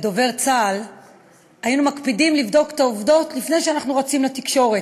בדובר צה"ל היינו מקפידים לבדוק את העובדות לפני שאנחנו רצים לתקשורת.